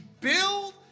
build